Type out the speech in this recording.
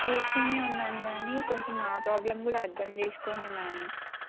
కూర్చునే ఉన్నాను కానీ కొంచెం నా ప్రాబ్లమ్ కూడా అర్థం చేసుకోండి మ్యామ్